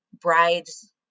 brides